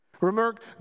Remember